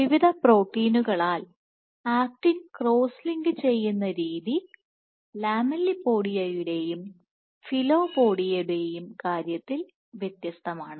വിവിധ പ്രോട്ടീനുകളാൽ actin cross link ചെയ്യുന്ന രീതി ലാമെല്ലിപോഡിയയുടെയും ഫിലോപോഡിയയുടെയും കാര്യത്തിൽ വ്യത്യസ്തമാണ്